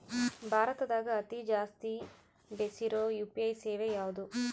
ಭಾರತದಗ ಅತಿ ಜಾಸ್ತಿ ಬೆಸಿರೊ ಯು.ಪಿ.ಐ ಸೇವೆ ಯಾವ್ದು?